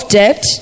debt